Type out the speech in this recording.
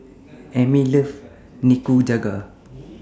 Emil loves Nikujaga